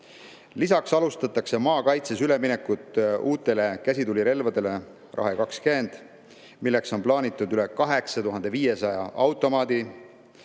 Lisaks alustatakse maakaitses üleminekut uutele käsitulirelvadele Rahe 20, plaanitud on [hankida] üle 8500 automaadi.